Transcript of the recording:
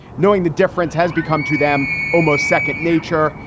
knowing the difference has become to them almost second nature.